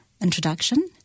introduction